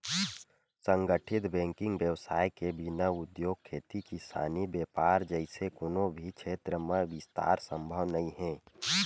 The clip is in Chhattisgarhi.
संगठित बेंकिग बेवसाय के बिना उद्योग, खेती किसानी, बेपार जइसे कोनो भी छेत्र म बिस्तार संभव नइ हे